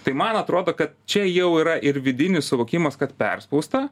tai man atrodo kad čia jau yra ir vidinis suvokimas kad perspausta